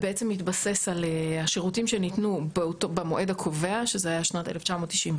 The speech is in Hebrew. בעצם מתבסס על השירותים שניתנו במועד הקובע שזה היה שנת 1994,